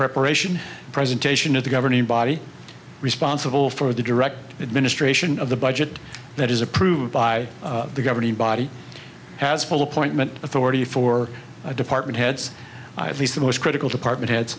preparation presentation of the governing body responsible for the direct administration of the budget that is approved by the governing body has full appointment authority for department heads the most critical department heads